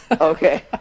Okay